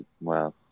wow